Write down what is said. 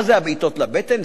מה זה הבעיטות לבטן?